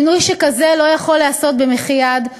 שינוי שכזה לא יכול להיעשות במחי יד,